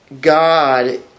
God